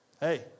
Hey